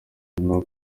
nyuma